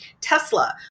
Tesla